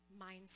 mindset